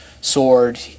sword